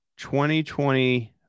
2020